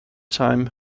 time